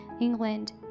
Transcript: England